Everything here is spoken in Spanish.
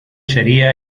sería